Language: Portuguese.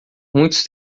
muitos